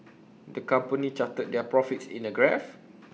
the company charted their profits in A graph